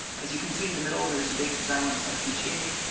as you can see in the middle there's a big xilinx fpga.